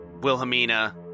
Wilhelmina